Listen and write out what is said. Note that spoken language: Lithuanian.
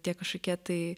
tie kažkokie tai